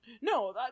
No